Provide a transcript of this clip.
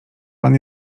pan